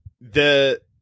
the-